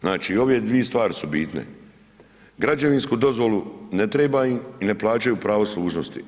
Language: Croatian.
Znači ove dvije stvari su bitne, građevinsku dozvolu, ne treba im i ne plaćaju pravo služnosti.